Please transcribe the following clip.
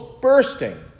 bursting